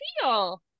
feel